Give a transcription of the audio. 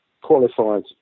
qualified